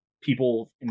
people